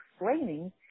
explaining